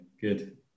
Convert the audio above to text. good